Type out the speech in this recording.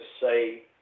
say